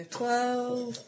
twelve